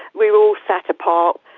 we were all sat apart.